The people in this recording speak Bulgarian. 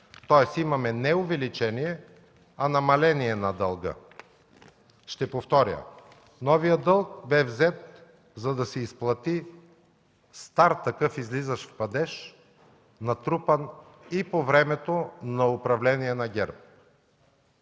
тоест имаме не увеличение, а намаление на дълга. Ще повторя, новият дълг бе взет, за да се изплати стар такъв излизащ падеж, натрупан и по времето на управление на ГЕРБ.